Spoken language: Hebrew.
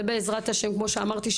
ובעזרת השם כמו שאמרתי,